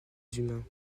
humains